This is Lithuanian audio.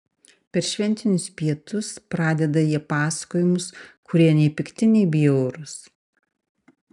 per šventinius pietus pradeda jie pasakojimus kurie nei pikti nei bjaurūs